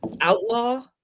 Outlaw